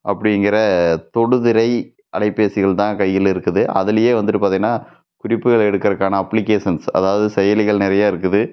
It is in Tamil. அப்படிங்கிற தொடுதிரை அலைபேசிகள் தான் கையில் இருக்குது அதுலையே வந்துவிட்டு பார்த்திங்கன்னா குறிப்புகள் எடுக்கிறக்கான அப்ளிகேஷன்ஸ் அதாவது செயலிகள் நிறையா இருக்குது